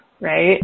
right